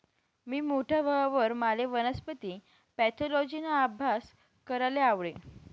मी मोठा व्हवावर माले वनस्पती पॅथॉलॉजिना आभ्यास कराले आवडी